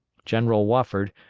general wofford,